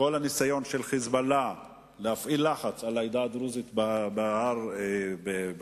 מכל הניסיון של "חיזבאללה" להפעיל לחץ על העדה הדרוזית בהרי השוף,